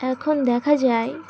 এখন দেখা যায়